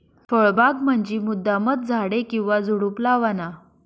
फळबाग म्हंजी मुद्दामचं झाडे किंवा झुडुप लावाना